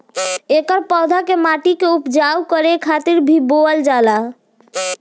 एकर पौधा के माटी के उपजाऊ करे खातिर भी बोअल जाला